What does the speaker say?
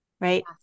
right